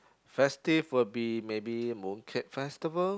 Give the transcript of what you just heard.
festive would be maybe Mooncake Festival